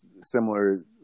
similar